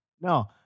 No